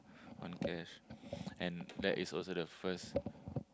on cash and that is also the first